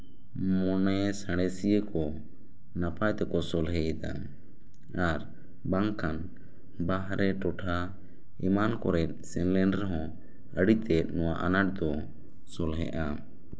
ᱢᱚᱱᱮ ᱥᱟᱬᱮᱥᱤᱭᱟᱹ ᱠᱚ ᱱᱟᱯᱟᱭ ᱛᱮᱠᱚ ᱥᱚᱞᱦᱮᱭᱮᱫᱟ ᱟᱨ ᱵᱟᱝᱠᱷᱟᱱ ᱵᱟᱦᱨᱮ ᱴᱚᱴᱷᱟ ᱮᱢᱟᱱ ᱠᱚᱨᱮᱜ ᱥᱮᱱ ᱞᱮᱱ ᱨᱮᱦᱚᱸ ᱟᱹᱰᱤ ᱛᱮᱜ ᱱᱚᱣᱟ ᱟᱱᱟᱴ ᱫᱚ ᱥᱚᱞᱦᱮᱜᱼᱟ